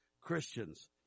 Christians